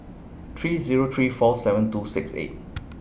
three Zero three four seven two six eight